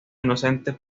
inocente